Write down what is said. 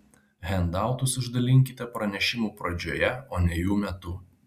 hendautus išdalinkite pranešimų pradžioje o ne jų metu